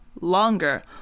longer